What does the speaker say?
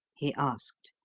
he asked.